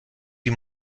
die